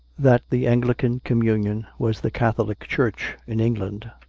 that the anglican communion was the catholic church in england,